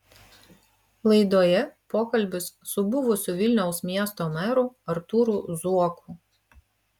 laidoje pokalbis su buvusiu vilniaus miesto meru artūru zuoku